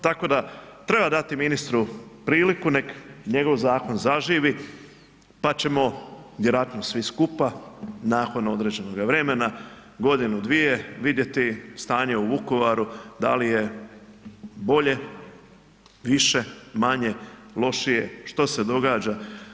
Tako da treba dati ministru priliku nek njegov zakon zaživi pa ćemo vjerojatno svi skupa nakon određenoga vremena, godinu, dvije vidjeti stanje u Vukovaru da li je bolje, više, manje, lošije, što se događa.